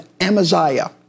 Amaziah